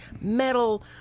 metal